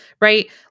right